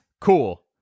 Cool